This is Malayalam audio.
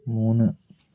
മൂന്ന്